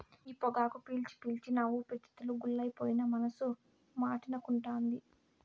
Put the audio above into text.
ఈ పొగాకు పీల్చి పీల్చి నా ఊపిరితిత్తులు గుల్లైపోయినా మనసు మాటినకుంటాంది